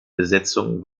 besetzung